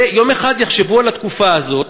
יום אחד יחשבו על התקופה הזאת,